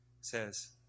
says